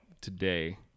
today